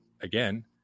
again